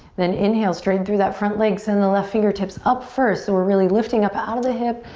then inhale, straighten through that front leg, send the left fingertips up first. so we're really lifting up out of the hip.